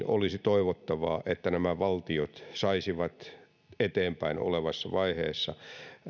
olisi toivottavaa että nämä valtiot saisivat edessäpäin olevassa vaiheessa